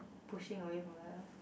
pushing away from the